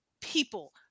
people